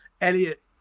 Elliot